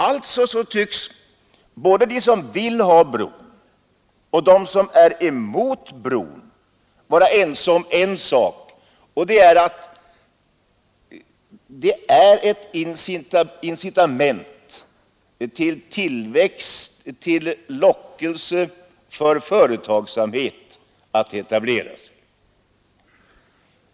Alltså tycks både de som vill ha bron och de som är emot bron vara överens om en sak, och det är att bron är ett incitament till tillväxt, en lockelse för företagsamhet att etablera sig.